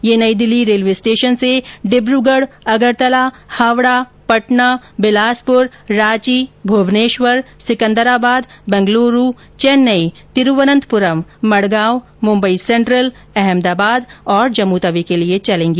ये नई Delhi railway station से डिब्र्गढ अगरतला हावडा पटना बिलासपुर रांची भुवनेश्वर सिंकदराबाद बंगलुरू चेन्नई तिरूवनंतपुरम मडंगांव मुंबई सेंट्रल अहमदाबाद और जम्मूतवी के लिए चलेंगी